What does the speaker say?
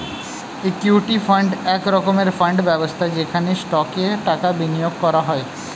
equity fund এক রকমের fund ব্যবস্থা যেখানে স্টকে টাকা বিনিয়োগ করা হয়